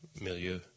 milieu